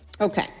Okay